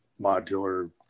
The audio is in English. modular